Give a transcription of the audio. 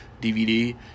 DVD